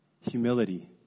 humility